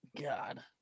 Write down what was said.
God